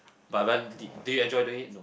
but when d~ did you enjoy doing it no